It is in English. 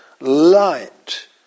light